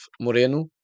Moreno